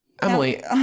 emily